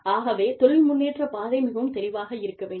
ஆகவே தொழில் முன்னேற்றப் பாதை மிகவும் தெளிவாக இருக்க வேண்டும்